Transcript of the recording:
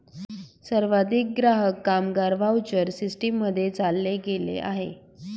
सर्वाधिक ग्राहक, कामगार व्हाउचर सिस्टीम मध्ये चालले गेले आहे